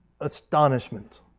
astonishment